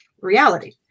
reality